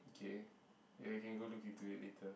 K ya I can go look into it later